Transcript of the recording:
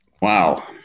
Wow